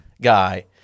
guy